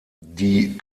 die